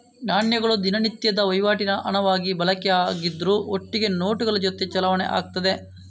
ನಾಣ್ಯಗಳು ದಿನನಿತ್ಯದ ವೈವಾಟಿನಲ್ಲಿ ಹಣವಾಗಿ ಬಳಕೆ ಆಗುದ್ರ ಒಟ್ಟಿಗೆ ನೋಟುಗಳ ಜೊತೆ ಚಲಾವಣೆ ಆಗ್ತದೆ